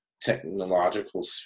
technological